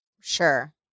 Sure